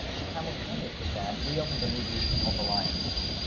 and simultaneous with that, we opened a movie called the lion king.